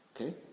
Okay